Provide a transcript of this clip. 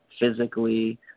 physically